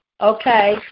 Okay